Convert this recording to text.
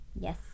Yes